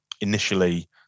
initially